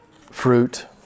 fruit